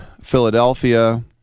Philadelphia